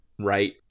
right